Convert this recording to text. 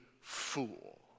fool